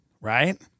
right